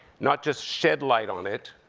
not just shed light on it,